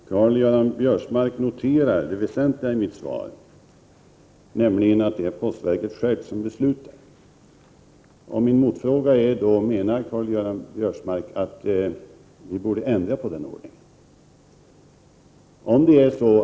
Herr talman! Karl-Göran Biörsmark noterar det väsentliga i mitt svar, nämligen att det är postverket självt som beslutar. Min motfråga blir då: Menar Karl-Göran Biörsmark att vi borde ändra på denna ordning?